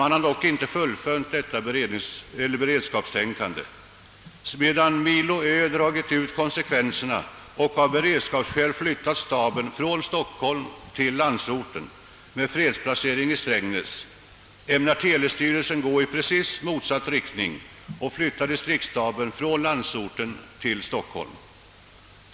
Man har dock ej fullföljt beredskapstänkandet. Medan Milo Ö dragit ut konsekvenserna och av beredskapsskäl = flyttat staben från Stockholm till landsorten, med fredsplacering i Strängnäs, ämnar telestyrelsen gå i precis motsatt riktning och flytta distriktsstaben från landsorten till Stockholm.